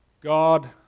God